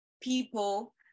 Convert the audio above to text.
people